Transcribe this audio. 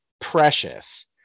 precious